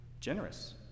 Generous